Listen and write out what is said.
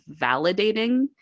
validating